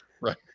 Right